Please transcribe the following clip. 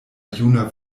juna